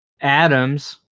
Adams